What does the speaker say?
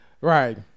right